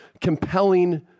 compelling